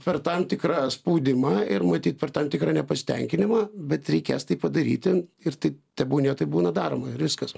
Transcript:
per tam tikrą spaudimą ir matyt per tam tikrą nepasitenkinimą bet reikės tai padaryti ir tai tebūnie tai būna daroma ir viskas